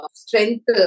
strength